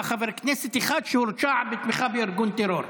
חבר כנסת אחד שהורשע בתמיכה בארגון טרור.